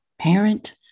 parent